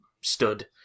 stood